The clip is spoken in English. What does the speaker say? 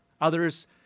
others